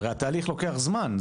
הרי התהליך לוקח זמן.